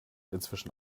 inzwischen